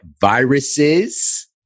viruses